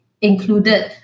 included